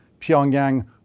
Pyongyang